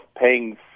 paying